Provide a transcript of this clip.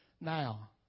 Now